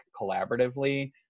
collaboratively